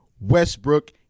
Westbrook